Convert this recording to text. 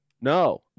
No